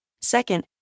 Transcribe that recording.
Second